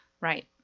Right